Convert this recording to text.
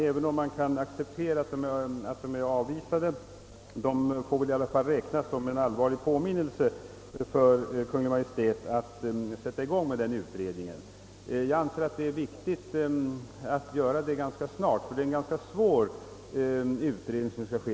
Även om man alltså kan acceptera att motionerna nu har avstyrkts, torde de dock få betraktas som en allvarlig påminnelse för Kungl. Maj:t att aktualisera den begärda utredningen. Jag anser att det är viktigt att detta sker snart nog, eftersom utredningen säkert är ganska besvärlig att genomföra.